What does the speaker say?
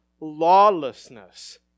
lawlessness